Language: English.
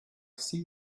sea